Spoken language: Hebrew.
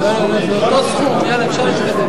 לא נתקבלה.